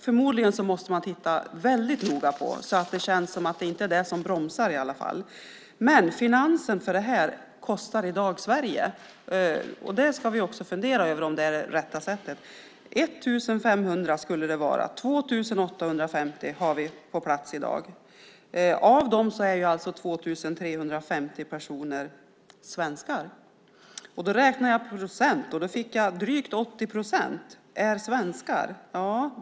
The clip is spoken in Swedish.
Förmodligen måste man titta väldigt noga på det här, så att det känns att det inte är det som bromsar. Men finansen för det här kostar i dag för Sverige. Vi ska fundera över om detta är det rätta sättet. 1 500 skulle det vara. 2 850 har vi på plats i dag. Av dem är 2 350 personer svenskar. Det är alltså drygt 80 procent som är svenskar.